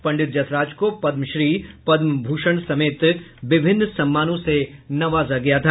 पंडित जसराज को पदमश्री पदमभूषण समेत विभिन्न सम्मानों से नवाजा गया था